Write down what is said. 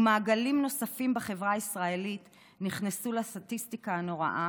ומעגלים נוספים בחברה הישראלית נכנסו לסטטיסטיקה הנוראה,